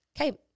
Okay